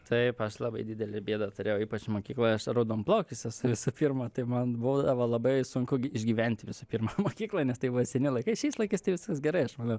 taip aš labai didelę bėdą turėjau ypač mokykloj aš raudonplaukis esu visų pirma tai man būdavo labai sunku išgyventi visų pirma mokykloj nes tai buvo seni laikai šiais laikais tai viskas gerai aš manau